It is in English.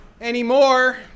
anymore